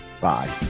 Bye